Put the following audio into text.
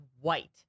white